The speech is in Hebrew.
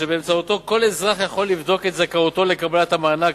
שבאמצעותו כל אזרח יכול לבדוק את זכאותו לקבלת המענק,